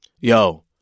Yo